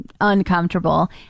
uncomfortable